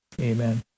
amen